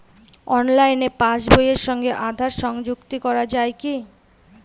অনলাইনে পাশ বইয়ের সঙ্গে আধার সংযুক্তি করা যায় কি?